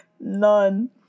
none